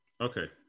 Okay